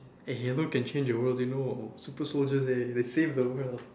hey halo can change your world you know super soldiers eh they save the world